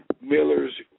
Miller's